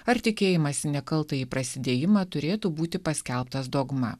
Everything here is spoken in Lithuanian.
ar tikėjimąsi nekaltąjį prasidėjimą turėtų būti paskelbtas dogma